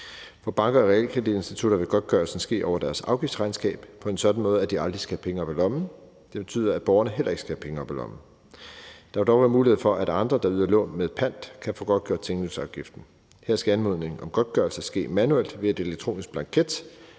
For banker og realkreditinstitutter vil godtgørelsen ske over deres afgiftsregnskab på en sådan måde, at de aldrig skal have penge op af lommen. Det betyder, at borgerne heller ikke skal have penge op af lommen. Der vil dog være mulighed for, at andre, der yder lån med pant, kan få godtgjort tinglysningsafgiften. Her skal anmodningen om godtgørelse ske manuelt ved en elektronisk blanket,